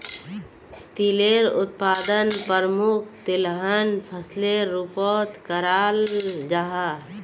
तिलेर उत्पादन प्रमुख तिलहन फसलेर रूपोत कराल जाहा